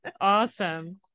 Awesome